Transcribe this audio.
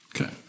okay